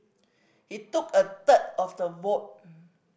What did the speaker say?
he took a third of the vote